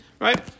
right